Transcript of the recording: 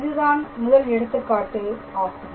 இதுதான் முதல் எடுத்துக்காட்டு ஆகும்